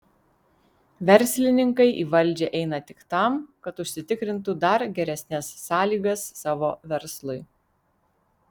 verslininkai į valdžią eina tik tam kad užsitikrintų dar geresnes sąlygas savo verslui